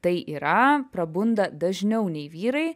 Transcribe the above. tai yra prabunda dažniau nei vyrai